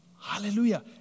Hallelujah